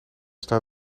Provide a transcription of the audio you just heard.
staat